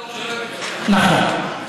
נכון.